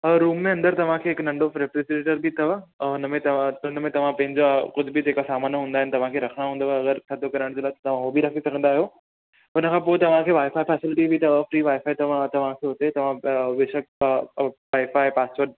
हा रूम में अंदर तव्हांखे हिकु नंढो रेफ्रीजरेटर बि अथव ऐं हुन में तव्हां हुन में तव्हां पंहिंजा कुझु बि जेका सामान हूंदा आहिनि तव्हांखे रखणा हूंदव अगरि थधो करण जे लाइ तव्हां हो बि रखे सघंदा आहियो हुन खां पोइ तव्हांखे वाई फाई फेसेलिटी बि अथव फ्री वाईफाई तव्हां तव्हां खे हुते तव्हां अ बेशक वाईफाई पासवर्ड